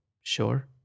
Sure